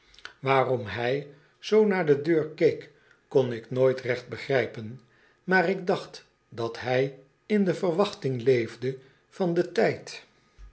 waarom hij zoo naar de deur keek kon ik nooit recht begrijpen maar ik dacht dat hij in de verwachting leefde van den tijd